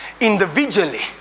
individually